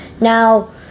Now